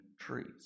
trees